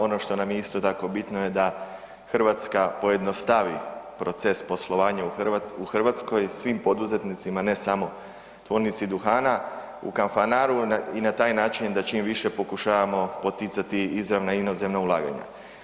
Ono što nam je isto tako bitno da Hrvatska pojednostavi proces poslovanja u Hrvatskoj svim poduzetnicima, ne samo tvornici duhana u Kanfanaru i na taj način da čim više pokušavamo poticati izravna inozemna ulaganja.